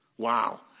Wow